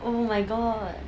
oh my god